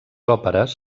òperes